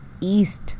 east